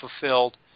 fulfilled